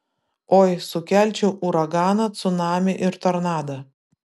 oi sukelčiau uraganą cunamį ir tornadą